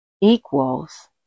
Equals